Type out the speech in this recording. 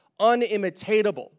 unimitatable